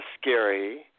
scary